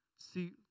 See